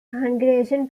hungarian